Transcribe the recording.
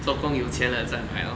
做工有钱了再买咯